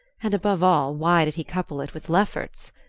and above all, why did he couple it with lefferts's?